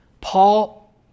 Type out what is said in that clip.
Paul